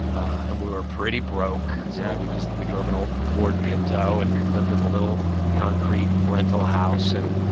and we were pretty broke, so we just we drove an old ford pinto and lived in a little concrete rental house. and,